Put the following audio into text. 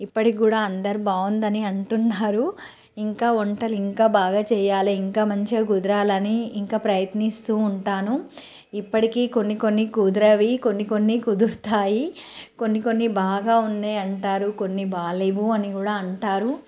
ఇప్పడికి కూడా అందరు బాగుందని అంటున్నారు ఇంకా వంటలు ఇంకా బాగా చెయ్యాలి ఇంకా మంచిగా కుదరలని ఇంకా ప్రయత్నిస్తూ ఉంటాను ఇప్పడికి కొన్నికొన్ని కుదరవి కొన్నికొన్ని కుదురుతాయి కొన్నికొన్ని బాగా ఉన్నాయి అంటారు కొన్ని బాగలేవు అని కూడా అంటారు